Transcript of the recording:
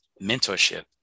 mentorship